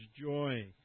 joy